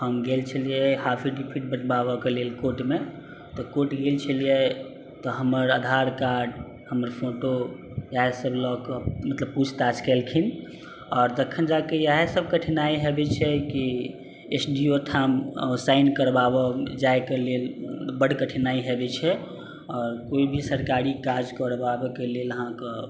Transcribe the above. हम गेल छलियै आफ़िडेबिट बनबाबऽके लेल कोर्टमे तऽ कोर्ट गेल छलियै तऽ हमर आधार कार्ड हमर फोटो इएह सब लऽ कऽ मतलब पूछताछ केलखिन आओर तखन जाके इएह सब कठिनाइ सब होइत छै कि एस डी ओ ठाम साइन करबाबऽ जाएके लेल बड कठिनाइ होइत छै आओर कोइ भी सरकारी काज करबाबऽके लेल अहाँकेेँ